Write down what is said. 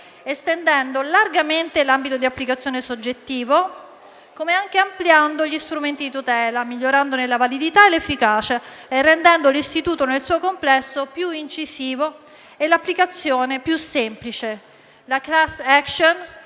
estendendone largamente l'ambito di applicazione soggettivo e ampliandone gli strumenti di tutela, migliorandone la validità e l'efficacia e rendendo l'istituto nel suo complesso più incisivo e l'applicazione più semplice. La *class action*,